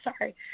Sorry